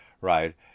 right